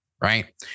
Right